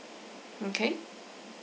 okay